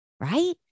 Right